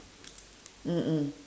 mm mm